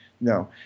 No